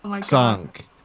sunk